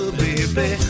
baby